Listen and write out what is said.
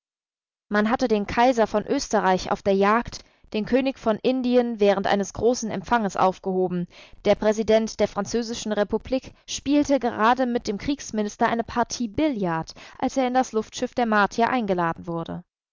man hatte den kaiser von österreich auf der jagd den könig von indien während eines großen empfanges aufgehoben der präsident der französischen republik spielte gerade mit dem kriegsminister eine partie billard als er in das luftschiff der martier eingeladen wurde